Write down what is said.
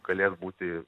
galės būti